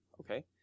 Okay